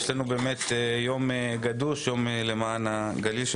יש לנו יום גדוש למען הגליל.